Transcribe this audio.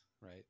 right